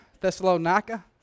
Thessalonica